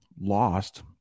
lost